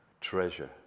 treasure